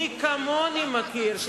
מי כמוני מכיר שזה הנוהל הקיים.